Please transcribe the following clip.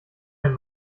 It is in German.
ein